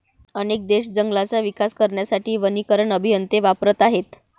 अनेक देश जंगलांचा विकास करण्यासाठी वनीकरण अभियंते वापरत आहेत